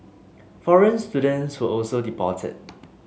foreign students were also deported